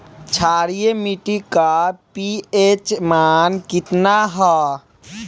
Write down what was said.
क्षारीय मीट्टी का पी.एच मान कितना ह?